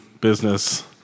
business